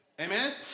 Amen